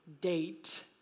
date